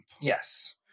Yes